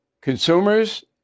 Consumers